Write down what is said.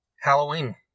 Halloween